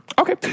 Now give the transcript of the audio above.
Okay